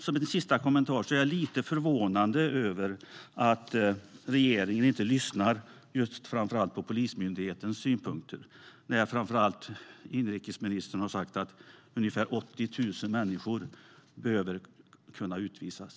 Som en sista kommentar är det lite förvånande att regeringen inte lyssnar på framför allt Polismyndighetens synpunkter när inrikesministern har sagt att ungefär 80 000 människor behöver kunna utvisas.